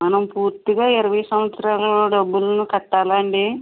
మనం పూర్తిగా ఇరవై సంవత్సరాలు డబ్బులను కట్టాలా అండి